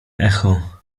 echo